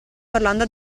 parlando